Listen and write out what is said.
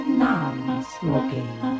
non-smoking